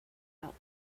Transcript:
out